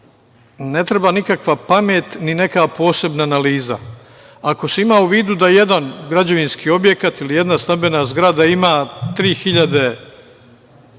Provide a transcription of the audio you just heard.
ne treba nikakva pamet ni neka posebna analiza. Ako se ima u vidu da jedan građevinski objekat ili jedna stambena zgrada ima 3.000